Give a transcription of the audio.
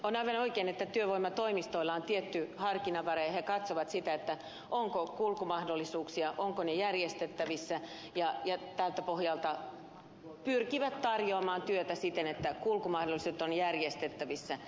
on aivan oikein että työvoimatoimistoilla on tietty harkinnanvara ja he katsovat sitä onko kulkumahdollisuuksia ovatko ne järjestettävissä ja tältä pohjalta pyrkivät tarjoamaan työtä siten että kulkumahdollisuudet ovat järjestettävissä